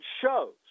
shows